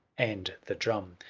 and the drum.